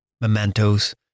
mementos